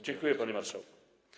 Dziękuję, panie marszałku.